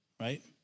right